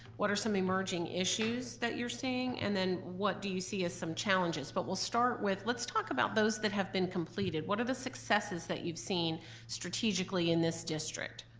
what are some emerging issues that you're seeing, and then what do you see as some challenges? but we'll start with, let's talk about those that have been completed. what are the successes that you've seen strategically in this district?